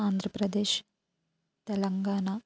Andhra Pradesh Telangana